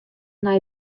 nei